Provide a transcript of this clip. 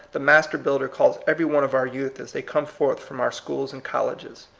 the master builder calls every one of our youth as they come forth from our schools and colleges.